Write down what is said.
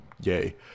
Yay